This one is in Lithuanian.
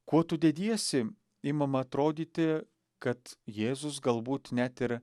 kuo tu dediesi imam atrodyti kad jėzus galbūt net ir